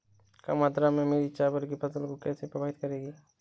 कम आर्द्रता मेरी चावल की फसल को कैसे प्रभावित करेगी?